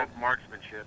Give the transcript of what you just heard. marksmanship